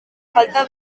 falta